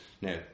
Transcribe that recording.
Now